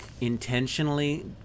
intentionally